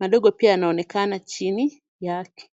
madogo pia yanaonekana chini yake.